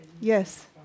Yes